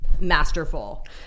masterful